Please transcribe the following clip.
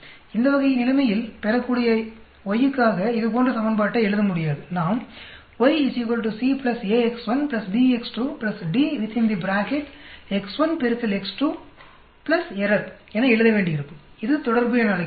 இந்த வகை நிலைமையில் பெறக்கூடிய Y யுக்காக இது போன்ற சமன்பாட்டை எழுத முடியாது நாம் என எழுத வேண்டியிருக்கும் இது தொடர்பு என அழைக்கப்படுகிறது